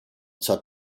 zur